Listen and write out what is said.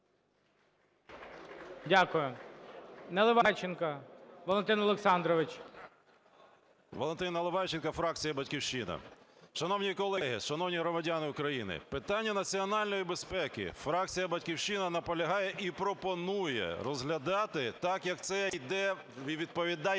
Дякую. Наливайченко Валентин Олександрович. 17:32:42 НАЛИВАЙЧЕНКО В.О. Валентин Наливайченко, фракція "Батьківщина". Шановні колеги, шановні громадяни України, питання національної безпеки. Фракція "Батьківщина" наполягає і пропонує розглядати так, як це відповідає